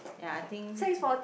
ya I think